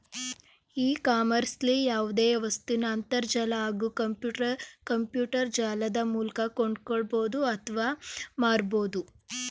E ಕಾಮರ್ಸ್ಲಿ ಯಾವ್ದೆ ವಸ್ತುನ ಅಂತರ್ಜಾಲ ಹಾಗೂ ಕಂಪ್ಯೂಟರ್ಜಾಲದ ಮೂಲ್ಕ ಕೊಂಡ್ಕೊಳ್ಬೋದು ಅತ್ವ ಮಾರ್ಬೋದು